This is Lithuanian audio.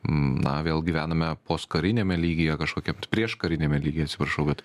na vėl gyvename poskariniame lygyje kažkokiam prieškariniame lygyje atsiprašau vat